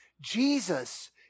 Jesus